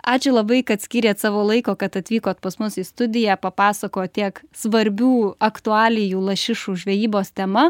ačiū labai kad skyrėt savo laiko kad atvykot pas mus į studiją papasakot tiek svarbių aktualijų lašišų žvejybos tema